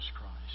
Christ